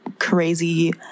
crazy